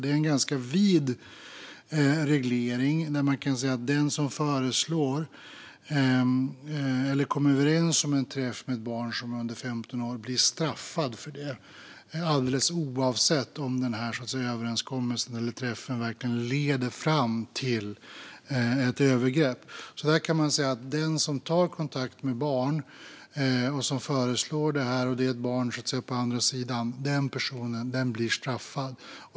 Det är en ganska vid reglering, där man kan säga att den som föreslår eller kommer överens om en träff med ett barn som är under 15 år blir straffad för det alldeles oavsett om överenskommelsen eller träffen verkligen leder fram till ett övergrepp. Den person som tar kontakt med barn och föreslår detta när det finns ett barn på den andra sidan blir straffad.